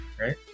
right